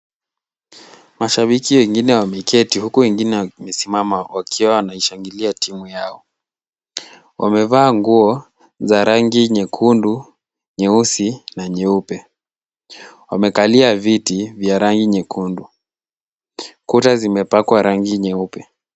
Mashabiki wengine wameketi huku wengine wamesimama wakiwa wanaishangilia timu yao. Wamevaa nguo za rangi nyekundu, nyeusi na nyeupe. Wamekalia viti vya rangi nyekundu. Kuta zimepakwa rangi nyeupe.